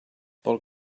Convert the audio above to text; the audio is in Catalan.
pel